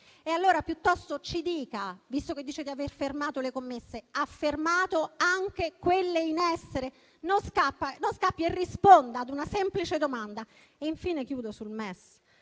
Allora piuttosto ci dica, visto che dice di aver fermato le commesse, ha fermato anche quelle in essere? Non scappi e risponda ad una semplice domanda. Infine, chiudo sul MES,